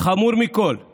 החמור מכול הוא